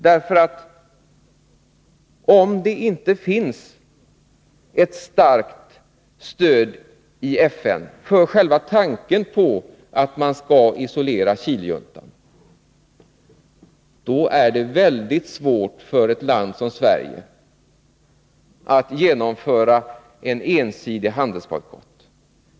Om det i FN inte finns ett starkt stöd för själva tanken på att isolera Chilejuntan, är det väldigt svårt för ett land som Sverige att genomföra en ensidig handelsbojkott.